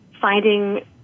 finding